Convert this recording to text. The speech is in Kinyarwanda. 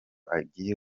agiye